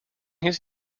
his